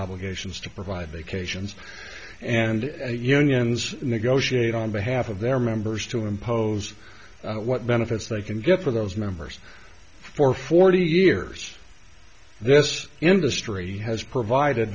obligations to provide vacations and unions negotiate on behalf of their members to impose what benefits they can get for those members for forty years this industry has provided